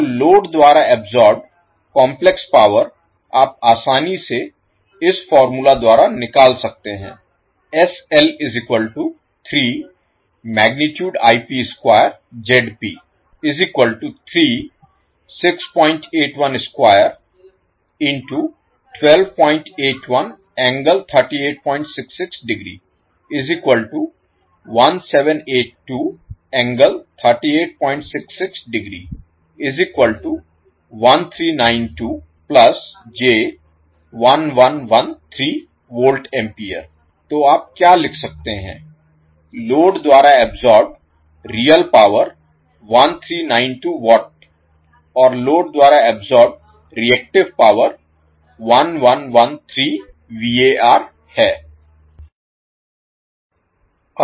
तो लोड द्वारा absorbed complex power आप आसानी से इस फार्मूला द्वारा निकाल सकते हैं तो आप क्या लिख सकते हैं लोड द्वारा अब्सोर्बेड रियल पावर 1392 वाट और लोड द्वारा अब्सोर्बेड रिएक्टिव पावर 1113 VAR है